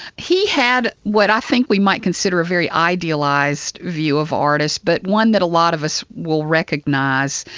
he had what i think we might consider a very idealised view of artists, but one that a lot of us will recognise.